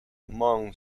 hmong